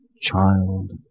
child